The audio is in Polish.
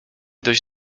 dość